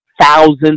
thousands